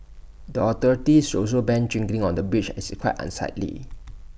the authorities should also ban drinking on the bridge as it's quite unsightly